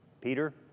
Peter